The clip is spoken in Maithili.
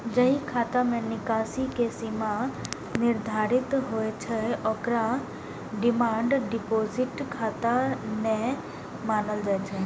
जाहि खाता मे निकासी के सीमा निर्धारित होइ छै, ओकरा डिमांड डिपोजिट खाता नै मानल जाइ छै